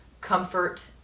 comfort